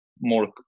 More